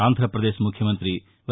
ఆంధ్రప్రదేశ్ ముఖ్యమంతి వై